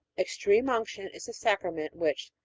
extreme unction is the sacrament which,